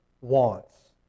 wants